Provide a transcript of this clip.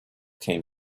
came